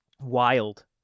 wild